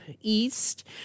East